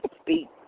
speak